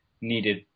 needed